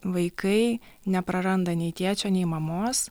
vaikai nepraranda nei tėčio nei mamos